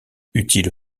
utile